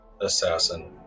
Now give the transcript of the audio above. assassin